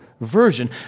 version